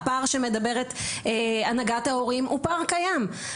הפער שמדברת עליו הנהגת ההורים הוא פער קיים,